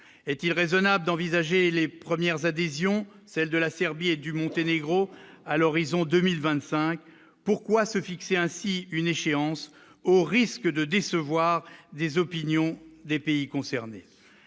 est-il raisonnable d'envisager les premières adhésions, celle de la Serbie et du Monténégro à l'horizon 2025, pourquoi se fixer ainsi une échéance au risque de décevoir des opinions des pays concernés,